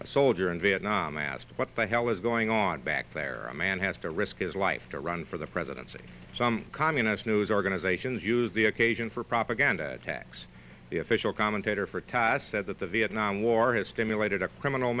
a soldier in vietnam asked what the hell was going on back there a man has to risk his life to run for the presidency some communist news organizations use the occasion for propaganda tacks the official commentator for task said that the vietnam war has stimulated a criminal